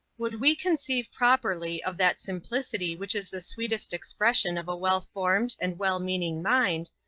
would we conceive properly of that simplicity which is the sweetest expression of a well-informed and well-meaning mind,